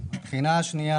דבר שני,